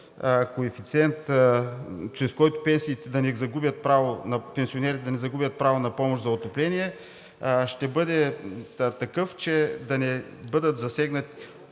коефициент, чрез който пенсионерите да не загубят право на помощ за отопление, ще бъде такъв, че да не бъдат засегнати